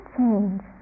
change